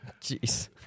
Jeez